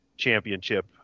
Championship